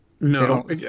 No